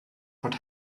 but